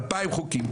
אלפיים חוקים.